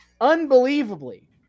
unbelievably